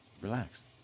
Relax